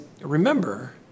remember